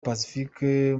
pacifique